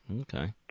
okay